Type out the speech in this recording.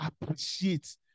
Appreciate